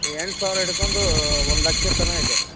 ಎಂಟು ಸಾವಿರ ಹಿಡ್ಕೊಂಡು ಒಂದು ಲಕ್ಷದ ತನಕ ಇದೆ